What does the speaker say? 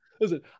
Listen